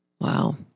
Wow